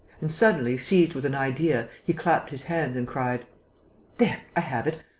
and, suddenly, seized with an idea, he clapped his hands and cried there, i have it!